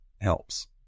helps